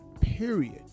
period